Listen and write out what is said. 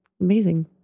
amazing